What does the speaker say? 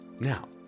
now